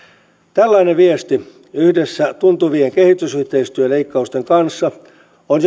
tällainen viesti yhdessä tuntuvien kehitysyhteistyöleikkausten kanssa on